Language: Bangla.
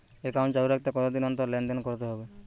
একাউন্ট চালু রাখতে কতদিন অন্তর লেনদেন করতে হবে?